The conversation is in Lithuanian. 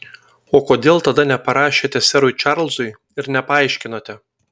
o kodėl tada neparašėte serui čarlzui ir nepaaiškinote